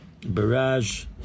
barrage